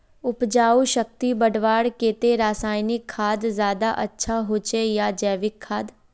उपजाऊ शक्ति बढ़वार केते रासायनिक खाद ज्यादा अच्छा होचे या जैविक खाद?